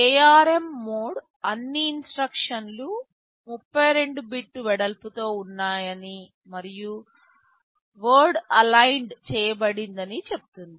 ARM mode అన్ని instruction లు 32 bit వెడల్పుతో ఉన్నాయని మరియు వర్డ్ అలైన్డ్ చేయబడిందని చెప్తుంది